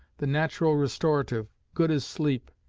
the natural restorative, good as sleep,